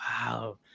Wow